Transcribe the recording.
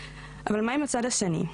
אבל מה עם הצד השני?